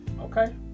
okay